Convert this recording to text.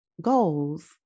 goals